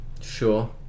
Sure